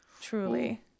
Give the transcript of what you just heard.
truly